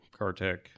CarTech